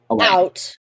out